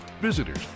visitors